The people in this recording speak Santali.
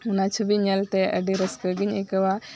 ᱚᱱᱟ ᱪᱷᱚᱵᱤ ᱧᱮᱞ ᱛᱮ ᱟᱹᱰᱤ ᱨᱟᱹᱥᱠᱟᱹ ᱜᱤᱧ ᱟᱹᱭᱠᱟᱹᱣᱟ